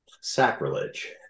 sacrilege